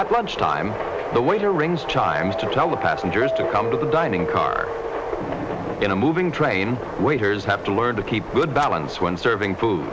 at lunchtime the waiter rings chimes to tell the passengers to come to the dining car in a moving train waiters have to learn to keep good balance when serving food